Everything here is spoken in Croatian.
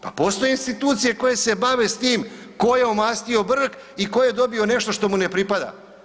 Pa postoje institucije koje se bave s tim tko je omastio brk i tko je dobio nešto što mu ne pripada.